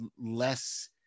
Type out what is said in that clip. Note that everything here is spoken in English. less